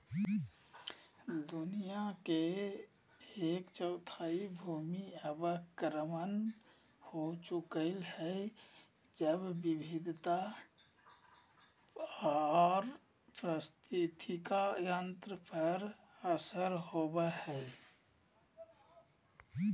दुनिया के एक चौथाई भूमि अवक्रमण हो चुकल हई, जैव विविधता आर पारिस्थितिक तंत्र पर असर होवई हई